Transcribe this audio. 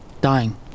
Dying